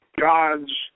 gods